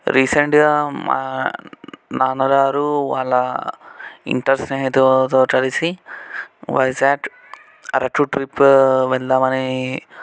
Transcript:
రీసెంట్గా మా నాన్నగారు వాళ్ళ ఇంటర్ స్నేహితుఅతో కలిసి వైజాగ్ అరకు ట్రిప్ వెళదామని